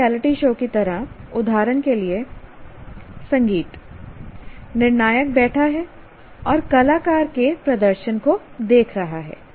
कई reality show की तरह उदाहरण के लिए संगीत निर्णायक बैठा है और कलाकार के प्रदर्शन को देख रहा है